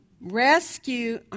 Rescue